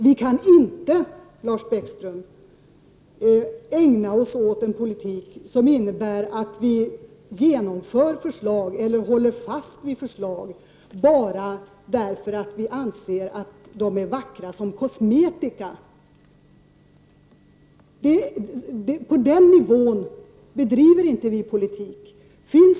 Vi kan, Lars Bäckström, inte ägna oss åt en politik som innebär att vi genomför eller håller fast vid förslag bara därför att vi anser att de är vackra som kosmetika. Vi bedriver inte politik på den nivån.